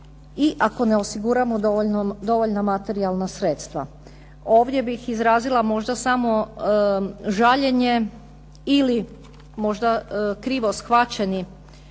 i ako ne osiguramo dovoljna materijalna sredstva. Ovdje bih izrazila možda samo žaljenje ili možda krivo shvaćeni